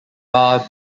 bar